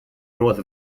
north